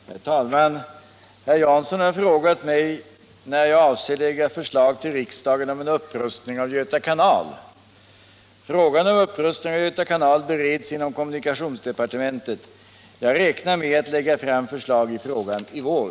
129, och anförde: Herr talman! Herr Jansson har frågat mig när jag avser lägga förslag till riksdagen om en upprustning av Göta kanal. Frågan om upprustning av Göta kanal bereds inom kommunikationsdepartementet. Jag räknar med att lägga fram förslag i frågan i vår.